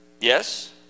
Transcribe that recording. yes